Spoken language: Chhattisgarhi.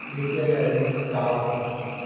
यू.पी.आई आई.डी का होथे?